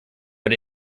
but